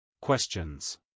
Questions